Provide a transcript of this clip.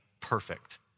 perfect